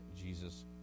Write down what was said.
jesus